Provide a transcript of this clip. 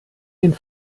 den